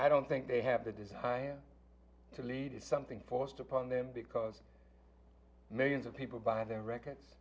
i don't think they have the desire to lead is something forced upon them because millions of people buy their records